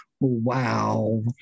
wow